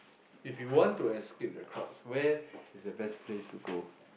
if you want to escape the crowds where is the best place to go